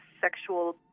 sexual